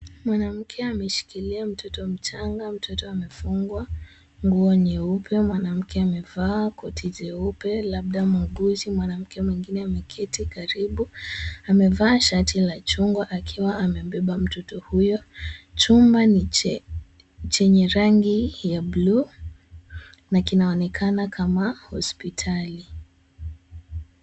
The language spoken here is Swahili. Mwanamke ameshikilia mtoto mchanga. Mtoto amefungwa nguo nyeupe. Mwanamke amevaa koti jeupe labda muuguzi. Mwanamke mwingine ameketi karibu, amevaa shati la chungwa akiwa amebeba mtoto huyo. Chumba ni chenye rangi ya bluu na kinaonekana kama hospitali.